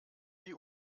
die